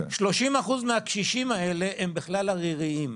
30% מהקשישים האלה הם בכלל עריריים.